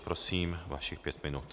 Prosím vašich pět minut.